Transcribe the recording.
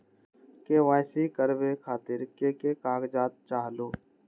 KYC करवे खातीर के के कागजात चाहलु?